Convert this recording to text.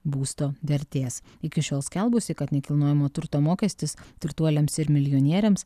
būsto vertės iki šiol skelbusi kad nekilnojamojo turto mokestis turtuoliams ir milijonieriams